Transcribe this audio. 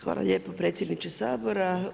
Hvala lijepo predsjedniče Sabora.